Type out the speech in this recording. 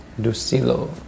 Dusilo